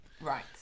Right